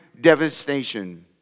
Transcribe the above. devastation